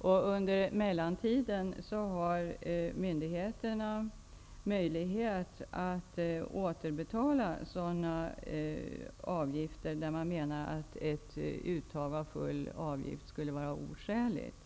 Under mellantiden har myndigheterna möjlighet att återbetala sådana avgifter där man menar att ett uttag av full avgift skulle vara oskäligt.